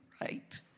right